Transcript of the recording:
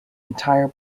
entire